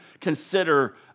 consider